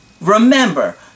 Remember